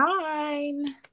nine